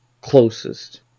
closest